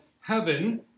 heaven